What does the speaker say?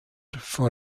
vor